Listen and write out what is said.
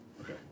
Okay